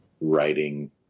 writing